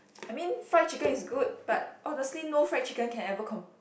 I mean fried chicken is good but honestly no fried chicken can ever compare